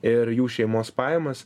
ir jų šeimos pajamas